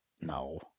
no